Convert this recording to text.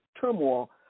turmoil